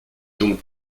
donc